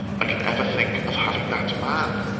i can ever think of having that man!